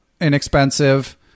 inexpensive